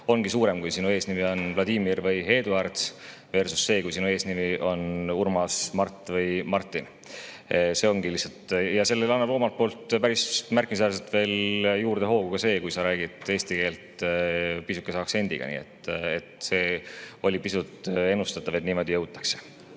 ongi suurem, kui sinu eesnimi on Vladimir või Eduardversussee, kui sinu eesnimi on Urmas, Mart või Martin. Nii see lihtsalt ongi. Ja sellele annab päris märkimisväärselt juurde hoogu veel see, kui sa räägid eesti keelt pisukese aktsendiga. Nii et see oli pisut ennustatav, et niimoodi jõutakse.